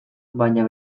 baina